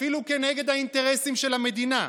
אפילו כנגד האינטרסים של המדינה,